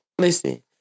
listen